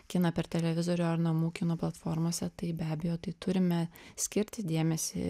kiną per televizorių ar namų kino platformose tai be abejo tai turime skirti dėmesį